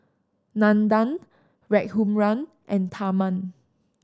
Nandan Raghuram and Tharman